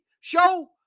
Show